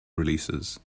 releases